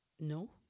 no